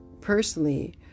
personally